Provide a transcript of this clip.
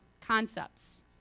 concepts